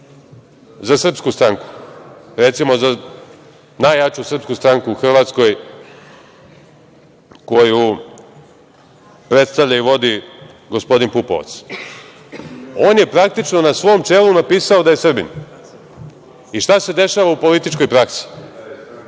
za srpsku stranku, recimo za najjaču srpsku stranku u Hrvatskoj koju predstavlja i vodi gospodin Pupovac. On je praktično na svom čelu napisao da je Srbin. I šta se dešava u političkoj praksi? Mnogi